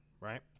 right